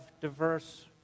diverse